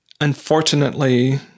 unfortunately